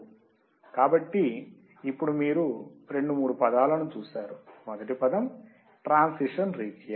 కాబట్టి ఇప్పుడు మీరు రెండు మూడు పదాలను చూశారు మొదటి పదం ట్రాన్సిషన్ రీజియన్